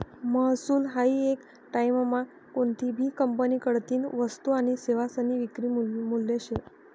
महसूल हायी येक टाईममा कोनतीभी कंपनीकडतीन वस्तू आनी सेवासनी विक्री मूल्य शे